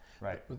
right